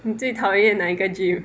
你最讨厌哪一个 gym